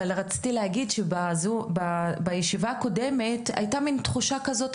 אני רוצה להבין האם בעקבות הפגישות שכן